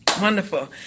wonderful